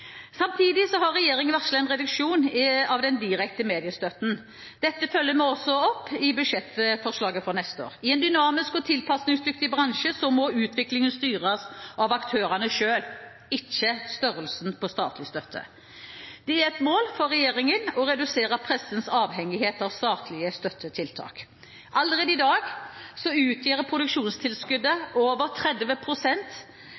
Samtidig har regjeringen varslet en reduksjon av den direkte mediestøtten. Dette følger vi også opp i budsjettforslaget for neste år. I en dynamisk og tilpasningsdyktig bransje må utviklingen styres av aktørene selv – ikke av størrelsen på statlig støtte. Det er et mål for regjeringen å redusere pressens avhengighet av statlige støttetiltak. Allerede i dag utgjør produksjonstilskuddet